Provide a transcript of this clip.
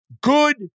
good